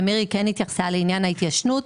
ומירי כן התייחסה לעניין ההתיישנות,